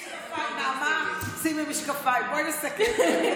נעמה, שימי משקפיים, בואי נסכם.